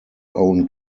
own